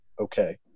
okay